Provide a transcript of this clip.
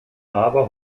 aber